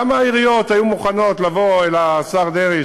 כמה עיריות היו מוכנות לבוא לשר דרעי,